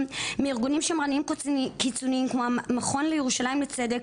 מארגונים שמרניים קיצוניים כמו המכון לירושלים לצדק,